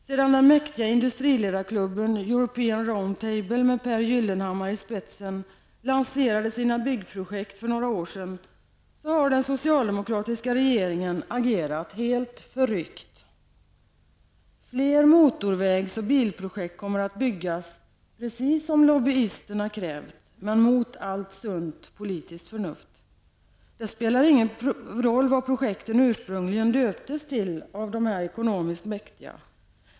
Sedan den mäktiga industriledareklubben European Round Table med Pehr Gyllenhammar i spetsen för några år sedan lanserade sina byggprojekt har den socialdemokratiska regeringen agerat helt förryckt. Fler motorvägs och bilbroprojekt kommer att förverkligas, precis som lobbyisterna har krävt -- men i strid med allt sunt politiskt förnuft. Det spelar ingen roll vad projekten ursprungligen döptes till av de här ekonomiskt mäktiga.